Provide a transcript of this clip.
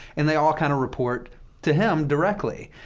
and they all kind of report to him directly.